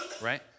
Right